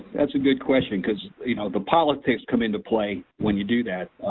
that's a good question cause you know the politics come into play when you do that.